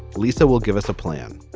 lisa will give us a plan